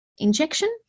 injection